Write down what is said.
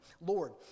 Lord